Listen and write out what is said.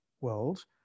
world